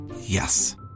Yes